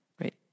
right